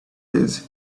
this